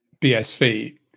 bsv